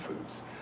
foods